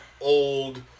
old